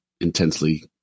intensely